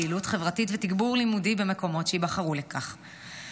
פעילות חברתית ותגבור לימודי במקומות שייבחרו לכן.